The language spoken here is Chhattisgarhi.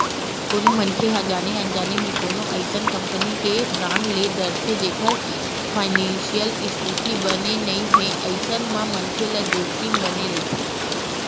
कोनो मनखे ह जाने अनजाने म कोनो अइसन कंपनी के बांड ले डरथे जेखर फानेसियल इस्थिति बने नइ हे अइसन म मनखे ल जोखिम बने रहिथे